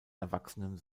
erwachsenen